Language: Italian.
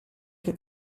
che